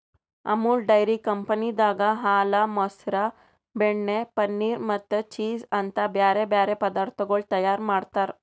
Amul dairy ಕಂಪನಿದಾಗ್ ಹಾಲ, ಮೊಸರ, ಬೆಣ್ಣೆ, ಪನೀರ್ ಮತ್ತ ಚೀಸ್ ಅಂತ್ ಬ್ಯಾರೆ ಬ್ಯಾರೆ ಪದಾರ್ಥಗೊಳ್ ತೈಯಾರ್ ಮಾಡ್ತಾರ್